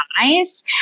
eyes